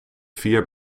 vier